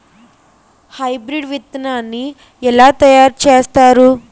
Hybrid విత్తనాన్ని ఏలా తయారు చేస్తారు?